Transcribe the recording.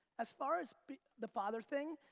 as far as the father thing,